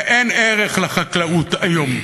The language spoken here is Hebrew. ואין ערך לחקלאות היום.